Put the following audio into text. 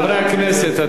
חברי הכנסת,